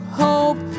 hope